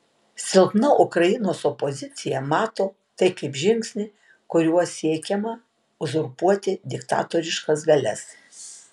silpna ukrainos opozicija mato tai kaip žingsnį kuriuo siekiama uzurpuoti diktatoriškas galias